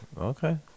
Okay